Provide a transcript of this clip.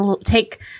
take